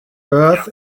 earth